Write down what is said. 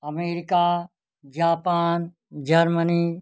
America Japan Germany